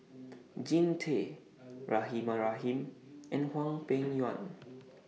Jean Tay Rahimah Rahim and Hwang Peng Yuan